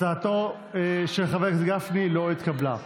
הצעתו של חבר הכנסת גפני לא התקבלה.